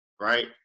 right